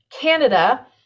Canada